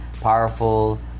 powerful